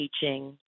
teaching